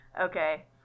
Okay